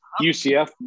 UCF